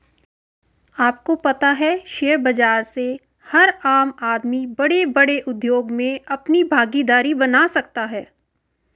आपको पता है शेयर बाज़ार से हर आम आदमी बडे़ बडे़ उद्योग मे अपनी भागिदारी बना सकता है?